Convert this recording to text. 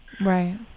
right